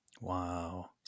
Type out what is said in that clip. wow